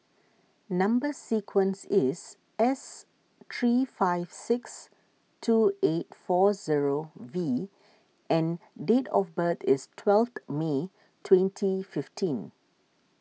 Number Sequence is S three five six two eight four zero V and date of birth is twelve May twenty fifteen